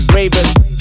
Raven